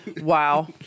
Wow